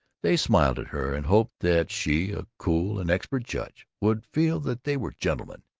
they smiled at her, and hoped that she, a cool and expert judge, would feel that they were gentlemen.